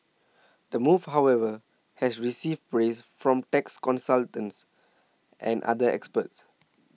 the move however has received praise from tax consultants and other experts